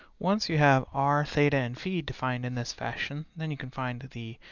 once you have r, theta and phi defined in this fashion, then you can find the